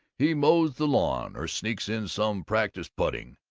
he mows the lawn, or sneaks in some practice putting,